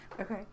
Okay